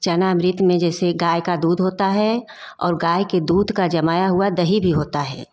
चरणामृतमें जैसे गाय का दूध होता है और गाय के दूध का जमाया हुआ दही भी होता है